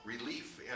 Relief